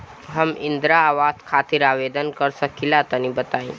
हम इंद्रा आवास खातिर आवेदन कर सकिला तनि बताई?